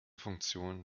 funktion